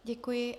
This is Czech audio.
Děkuji.